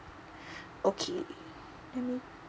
okay let me